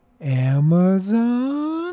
Amazon